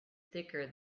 thicker